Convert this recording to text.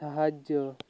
ସାହାଯ୍ୟ